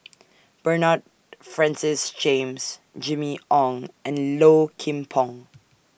Bernard Francis James Jimmy Ong and Low Kim Pong